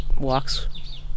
walks